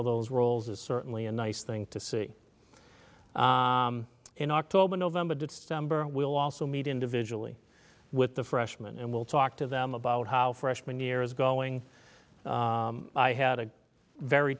of those roles is certainly a nice thing to see in october november december we'll also meet individually with the freshmen and we'll talk to them about how freshman year is going i had a very